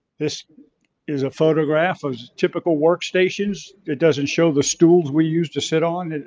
this is a photograph of typical workstations. it doesn't show the stools we used to sit on.